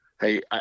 Hey